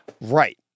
Right